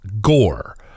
gore